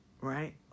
Right